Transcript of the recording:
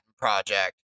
Project